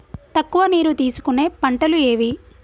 తక్కువ నీరు తీసుకునే పంటలు ఏవి?